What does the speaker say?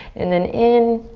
and then in.